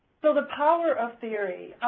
so the power of theory.